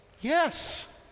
Yes